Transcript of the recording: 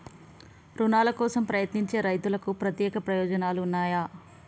రుణాల కోసం ప్రయత్నించే రైతులకు ప్రత్యేక ప్రయోజనాలు ఉన్నయా?